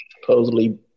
supposedly